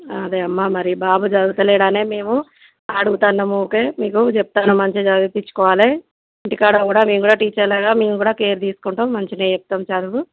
అదే అమ్మా మరి బాబు చదువుతలేడనే మేము అడుగుతాన్నము ఊరికే మీకు చెప్తున్నాము మంచిగా చదివించుకోవాలి ఇంటికాడ కూడా మేము కూడా టీచర్లగా మేము కూడా కేర్ తీసుకుంటాము మంచిగనే చెప్తాము చదువు